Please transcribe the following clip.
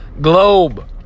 globe